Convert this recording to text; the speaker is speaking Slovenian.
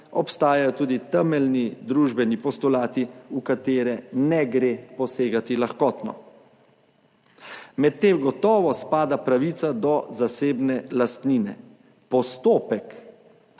obstajajo tudi temeljni družbeni postulati, v katere ne gre posegati lahkotno. Med tem gotovo spada pravica do zasebne lastnine. Postopek,